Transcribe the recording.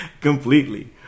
Completely